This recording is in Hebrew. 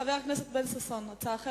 חבר הכנסת בן-ששון, הצעה אחרת?